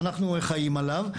שאנחנו חיים עליו,